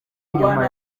nyuma